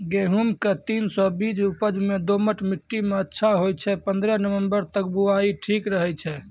गेहूँम के तीन सौ तीन बीज उपज मे दोमट मिट्टी मे अच्छा होय छै, पन्द्रह नवंबर तक बुआई ठीक रहै छै